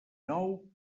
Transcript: nou